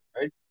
right